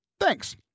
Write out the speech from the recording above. thanks